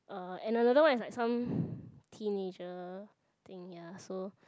uh and another one is some teenager thing ya so